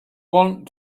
want